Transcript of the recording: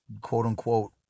quote-unquote